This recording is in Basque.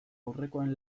aurrekoen